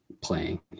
playing